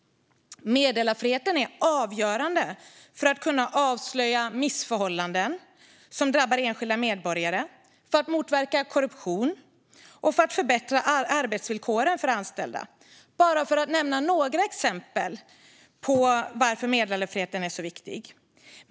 Meddelarfriheten är avgörande för att kunna avslöja missförhållanden som drabbar enskilda medborgare, för att motverka korruption och för att förbättra arbetsvillkoren för anställda - för att bara nämna några exempel som visar varför meddelarfriheten är så viktig.